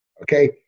Okay